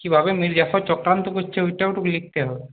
কীভাবে মীরজাফর চক্রান্ত করছে ওইটাও টুকু লিখতে হবে